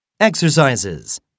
Exercises